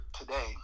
today